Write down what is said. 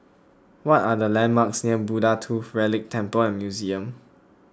what are the landmarks near Buddha Tooth Relic Temple and Museum